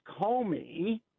Comey